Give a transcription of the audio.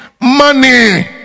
Money